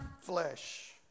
flesh